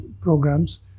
programs